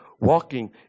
walking